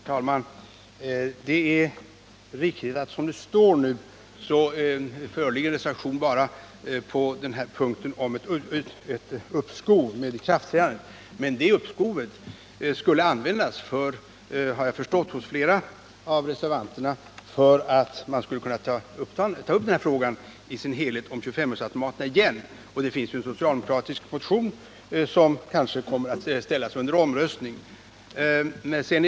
Herr talman! Det är riktigt att som det nu står föreligger reservation bara i 29 november 1978 fråga om ett uppskov med ikraftträdandet. Men det uppskovet skulle användas — det har jag förstått av flera av reservanterna — för att man skulle kunna ta upp frågan om 25-öresautomaterna i dess helhet igen, och det finns en socialdemokratisk motion på den punkten som kanske kommer att ställas under omröstning.